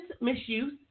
misuse